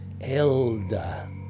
Elda